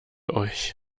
euch